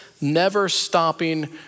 never-stopping